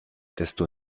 desto